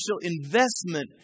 investment